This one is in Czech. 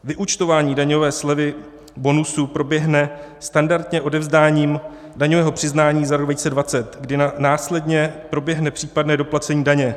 Vyúčtování daňové slevy, bonusů, proběhne standardně odevzdáním daňového přiznání za rok 2020, kdy následně proběhne případné doplacení daně.